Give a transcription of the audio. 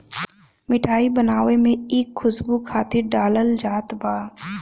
मिठाई बनावे में इ खुशबू खातिर डालल जात बा